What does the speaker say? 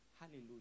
Hallelujah